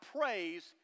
praise